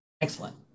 excellent